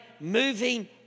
moving